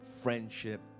friendship